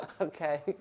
okay